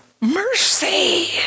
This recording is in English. mercy